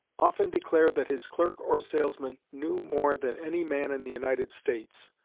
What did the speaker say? often declared that his clerk, or salesman, knew more than any man in the united states,